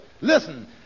Listen